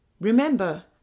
Remember